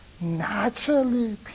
naturally